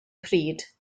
pryd